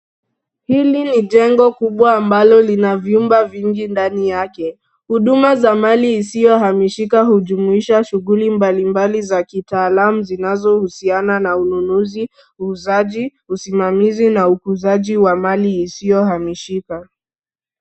Hili ni jengo kubwa ambalo lina vyumba vingi ndani yake. Huduma za mali isiyohamishika hujumuisha shughuli mbalimbali za kitaalamu zinazohusiana na ununuzi, uuzaji, usimamizi na ukuzaji wa mali isiyohamishika.